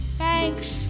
thanks